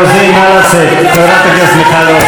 חברת הכנסת מיכל רוזין, מספיק להיום.